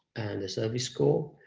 and this service core,